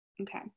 okay